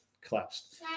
collapsed